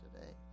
today